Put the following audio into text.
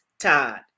Todd